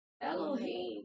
Elohim